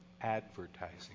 advertising